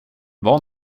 var